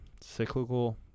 cyclical